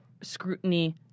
scrutiny